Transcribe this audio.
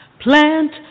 Plant